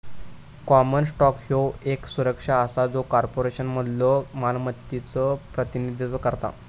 common stock ह्यो येक सुरक्षा असा जो कॉर्पोरेशनमधलो मालकीचो प्रतिनिधित्व करता